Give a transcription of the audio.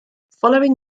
following